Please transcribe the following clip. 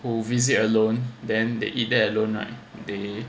who visit alone then they eat there alone right they